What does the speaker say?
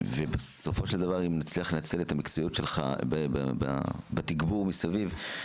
בסופו של דבר אם נצליח לנצל את המקצועיות שלך בתגבור מסביב,